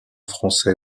français